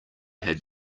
had